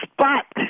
spot